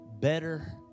better